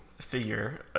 figure